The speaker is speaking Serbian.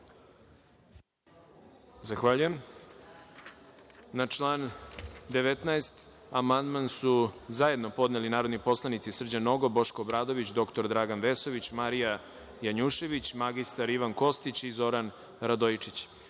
Zahvaljujem. Na član 19. amandman su zajedno podneli narodni poslanici Srđan Nogo, Boško Obradović, dr Dragan Vesović, Marija Janjušević, mr Ivan Kostić i Zoran Radojičić. Da